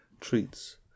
treats